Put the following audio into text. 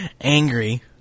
angry